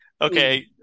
Okay